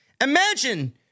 Imagine